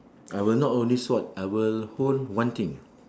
I will not hold any sword I will hold one thing